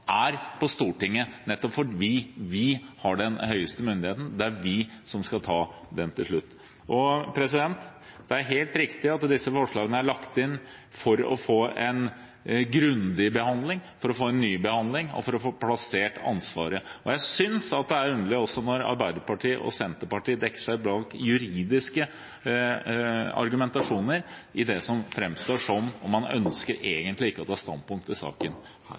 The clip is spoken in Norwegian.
nettopp fordi vi har den høyeste myndigheten; det er vi som skal ta beslutningen til slutt. Det er helt riktig at disse forslagene er lagt inn for å få en grundig behandling, for å få en ny behandling og for å få plassert ansvaret. Jeg synes det er underlig når Arbeiderpartiet og Senterpartiet dekker seg bak en juridisk argumentasjon, i det som fremstår som om man egentlig ikke ønsker å ta standpunkt til saken.